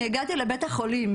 אני הגעתי לבית החולים.